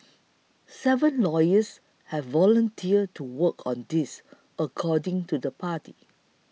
seven lawyers have volunteered to work on this according to the party